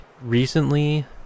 recently